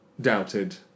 doubted